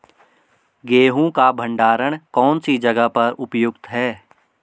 गेहूँ का भंडारण कौन सी जगह पर उपयुक्त है?